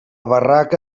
barraca